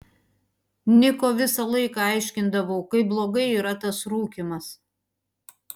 niko visą laiką aiškindavau kaip blogai yra tas rūkymas